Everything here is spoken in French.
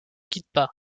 quittent